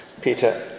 Peter